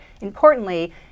Importantly